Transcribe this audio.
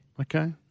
Okay